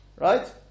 Right